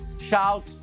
shout